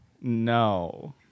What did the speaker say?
No